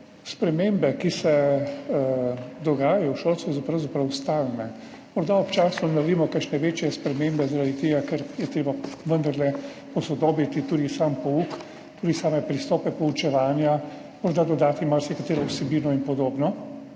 Spremembe, ki se dogajajo v šolstvu, so pravzaprav stalne. Morda občasno naredimo kakšne večje spremembe, zaradi tega, ker je treba vendarle posodobiti tudi sam pouk, tudi same pristope poučevanja, morda dodati marsikatero vsebino in podobno,